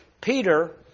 Peter